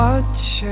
Watch